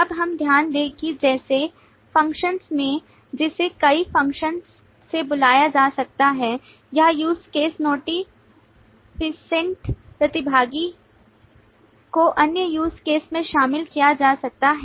अब हम ध्यान दें कि जैसे फ़ंक्शंस में जिन्हें कई फंक्शन्स से बुलाया जा सकता है यह use cas eनोटिफ़िसेंट प्रतिभागी को अन्य use case में शामिल किया जा सकता है